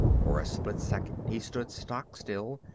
for a split second he stood stock-still,